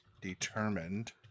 Determined